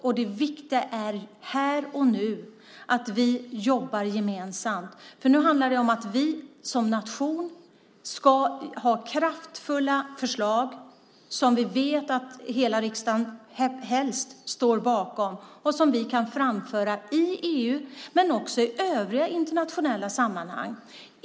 Det viktiga här och nu är att vi jobbar gemensamt, för nu handlar det om att vi som nation ska ha kraftfulla förslag som helst hela riksdagen står bakom och som vi kan framföra i EU men också i övriga internationella sammanhang.